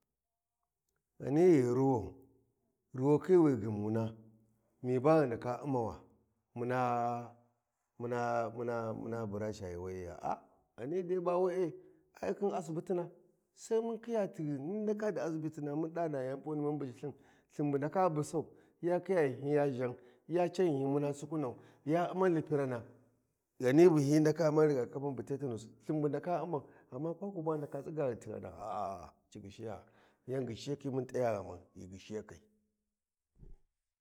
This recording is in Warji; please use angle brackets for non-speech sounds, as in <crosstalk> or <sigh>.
Ghani ghi Ruwan ruwakhi wi gyumuna mi ba ghu ndaka ummawa muna muna muna muna bura ca yuuwayi ya ah Ghani dai ba we’e ai khin asbitina sai mun khiya tighan mun ndaka di asibitina mun da lthin bu ndaka busau yak hiya ghinhyin ya zhan ya can ghinyhin muna sukunau ya umman lipirana <noise> Ghani wi hyi ndaka umman riga kapin bu tetanus hyi ndaka umman amma Kwaku ba ghi ndaka tsiga ghi tighana, a a ci ghishiya yan ghishiyakhi, mun t’ayi ghaman ghi ghishiya kai.